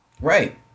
right